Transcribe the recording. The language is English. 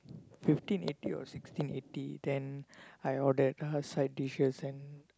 fifteen eighty or sixteen eighty then I ordered other side dishes and